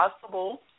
possible